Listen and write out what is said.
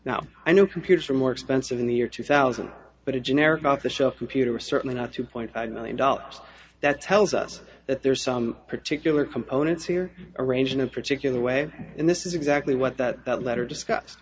now i know computers are more expensive in the year two thousand but a generic off the shelf computer certainly not two point five million dollars that tells us that there's some particular components here arranged in a particular way and this is exactly what that letter discuss